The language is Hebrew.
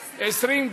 20,